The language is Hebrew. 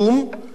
גם הם,